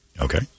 Okay